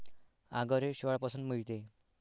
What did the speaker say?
आगर हे शेवाळापासून मिळते